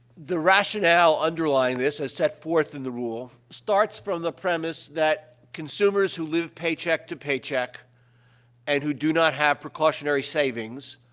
the rationale underlying this, as set forth in the rule, starts from the premise that consumers who live paycheck to paycheck and who do not have precautionary savings,